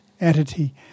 entity